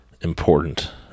important